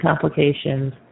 complications